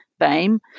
BAME